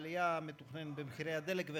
העלייה המתוכננת במחירי הדלק,